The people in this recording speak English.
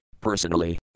personally